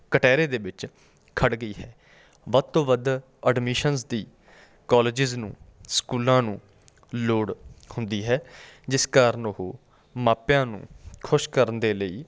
ਕਟਹਿਰੇ ਦੇ ਵਿੱਚ ਖੜ੍ਹ ਗਈ ਹੈ ਵੱਧ ਤੋਂ ਵੱਧ ਅਡਮਿਸ਼ਨਸ ਦੀ ਕੋਲਿਜਿਸ ਨੂੰ ਸਕੂਲਾਂ ਨੂੰ ਲੋੜ ਹੁੰਦੀ ਹੈ ਜਿਸ ਕਾਰਨ ਉਹ ਮਾਪਿਆਂ ਨੂੰ ਖੁਸ਼ ਕਰਨ ਦੇ ਲਈ